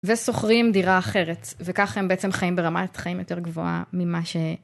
וסוחרים דירה אחרת וכך הם בעצם חיים ברמת חיים יותר גבוהה ממה ש...